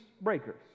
breakers